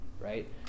Right